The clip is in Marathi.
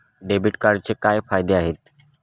डेबिट कार्डचे काय फायदे आहेत?